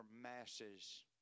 masses